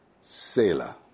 sailor